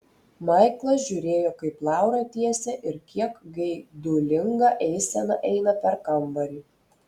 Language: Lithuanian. maiklas žiūrėjo kaip laura tiesia ir kiek geidulinga eisena eina per kambarį